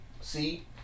see